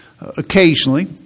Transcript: occasionally